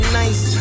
nice